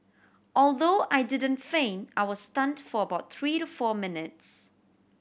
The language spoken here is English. although I didn't faint I was stunned for about three to four minutes